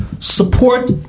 Support